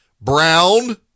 brown